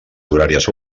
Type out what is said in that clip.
horàries